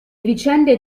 vicende